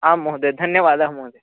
आं महोदयः धन्यवादः महोदयः